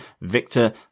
Victor